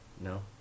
No